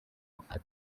foto